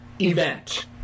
event